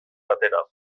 batera